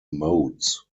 modes